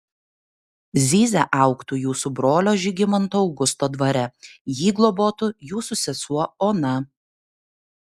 zyzia augtų jūsų brolio žygimanto augusto dvare jį globotų jūsų sesuo ona